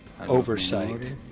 oversight